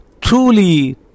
truly